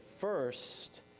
first